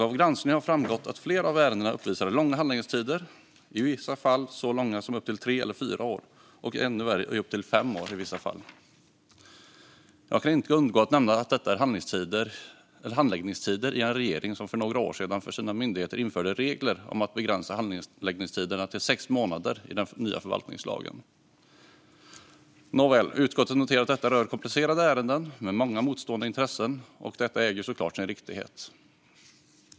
Av granskningen har framgått att flera av ärendena uppvisar långa handläggningstider, i vissa fall så långa som tre, fyra eller upp till fem år. Jag kan inte undgå att nämna att detta är handläggningstider i en regering som för några år sedan i den nya förvaltningslagen införde regler för sina myndigheter om att begränsa handläggningstiderna till sex månader. Nåväl, utskottet noterar att detta rör komplicerade ärenden med många motstående intressen. Detta äger såklart sin riktighet.